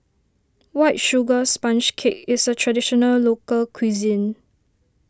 White Sugar Sponge Cake is a Traditional Local Cuisine